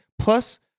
plus